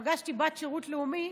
כשפגשתי בת שירות לאומי,